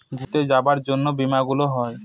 ঘুরতে যাবার জন্য বীমা গুলো হয়